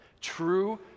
true